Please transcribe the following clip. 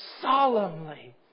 solemnly